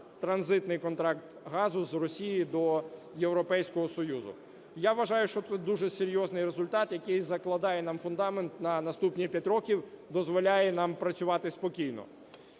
транзитний контракт газу з Росії до Європейського Союзу. Я вважаю, що це дуже серйозний результат, який закладає нам фундамент на наступні 5 років, дозволяє нам працювати спокійно.